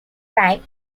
crime